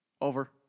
over